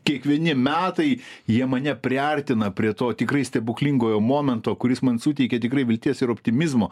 kiekvieni metai jie mane priartina prie to tikrai stebuklingojo momento kuris man suteikia tikrai vilties ir optimizmo